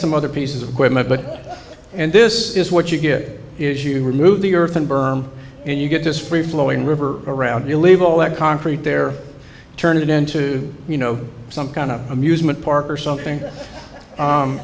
some other pieces of equipment but and this is what you get is you remove the earthen berm and you get this free flowing river around you leave all that concrete there turn it into you know some kind of amusement park or something